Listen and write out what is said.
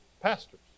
pastors